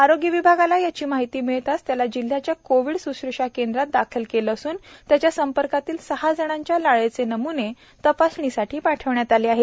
आरोग्य विभागाला याची माहिती मिळताच त्याला जिल्ह्यातल्या कोवीड सुश्र्षा केंद्रात दाखल केलं असून त्याच्या संपर्कातल्या सहा जणांच्या लाळेचे नमूने तपासणीसाठी पाठवले आहेत